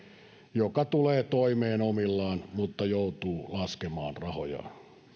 joka tulee toimeen omillaan mutta joutuu laskemaan rahojaan